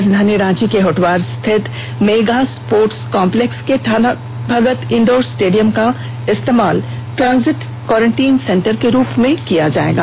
राजधानी रांची के होटवार स्थित मेगा स्पोर्टस कॉम्प्लेक्स के टाना भगत इंडोर स्टेडियम का इस्तेमाल ट्रांजिट क्वारेंटाइन सेंटर के रुप में किया जाएगा